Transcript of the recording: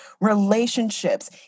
Relationships